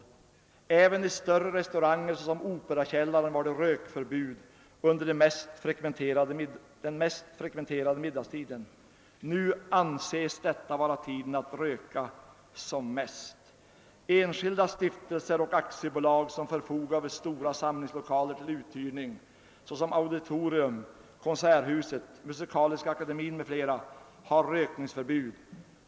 Även i större restauranger såsom Operakällaren var det rökförbud under den mest frekventerade middagstiden. Nu anses detta vara tiden att röka som mest. Enskilda stiftelser och aktiebolag som förfoga över stora samlingslokaler till uthyrning, såsom Auditorium, Konserthuset, Musikaliska Akademien m.fl. ha rökförbud.